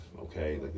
okay